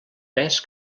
pes